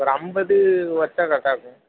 ஒரு ஐம்பது கொறைச்சா கரெக்டாக இருக்கும்